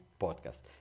podcast